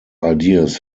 ideas